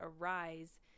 arise